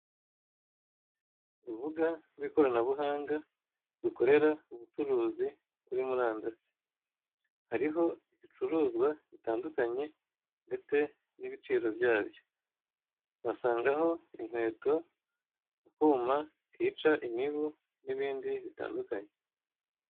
Urubuga rw'ikoranabuhanga rukorera ubucuruzi kuri murandasi. Hariho ibicuruzwa bitandukanye ndetse n'ibiciro byabyo. Basangaho inkweto, utwuma twica imibu n'ibindi bitandukanye.